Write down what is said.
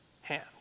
hand